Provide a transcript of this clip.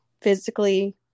physically